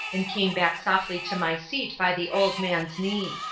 and came back softly to my seat by the old man's knee.